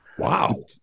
Wow